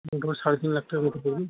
এটা তোমার সাড়ে তিন লাখ টাকার মতো পড়বে